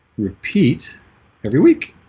repeat every week